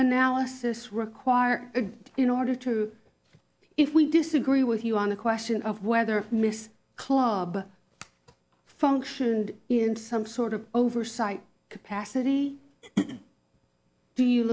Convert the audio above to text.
analysis required in order to if we disagree with you on the question of whether miss chloe functioned in some sort of oversight capacity do you